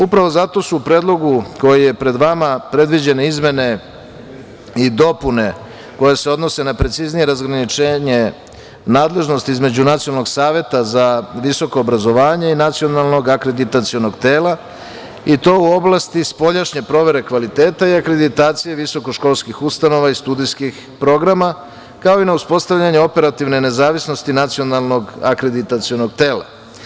Upravo zato su u predlogu koji je pred vama predviđene izmene i dopune koje se odnose na preciznije razgraničenje nadležnosti između Nacionalnog saveta za visoko obrazovanje i Nacionalnog akreditacionog tela i to u oblasti spoljašnje provere kvaliteta i akreditacije visokoškolskih ustanova i studijskih programa, kao i na uspostavljanje operativne nezavisnosti Nacionalnog akreditacionog tela.